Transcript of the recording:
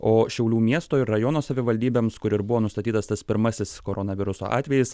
o šiaulių miesto ir rajono savivaldybėms kur ir buvo nustatytas tas pirmasis koronaviruso atvejis